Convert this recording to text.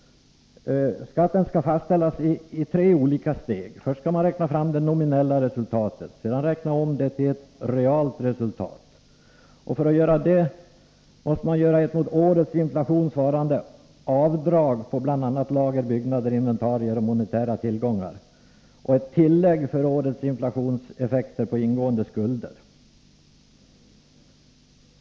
Skatten skall fastställas i tre olika steg. Först skall man räkna fram det nominella resultatet och sedan räkna om detta till ett realt resultat. För att kunna göra detta måste man göra ett mot årets inflation svarande avdrag på bl.a. lager, byggnader, inventarier och monetära tillgångar samt ett tillägg för årets inflationseffekter på ingående skulder.